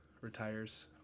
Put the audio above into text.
retires